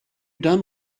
done